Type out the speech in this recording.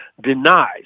denies